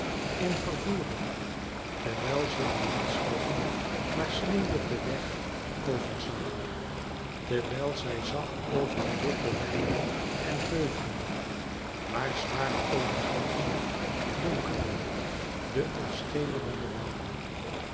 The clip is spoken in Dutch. in vervoering terwijl ze den niet stof maar sneeuwwitten weg over zag terwijl zij zag over de witte weiden en heuvelen waar zwaar overdonsd donkerden de al schemerende wouden